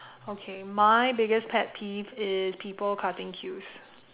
okay my biggest pet peeve is people cutting queues